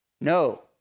no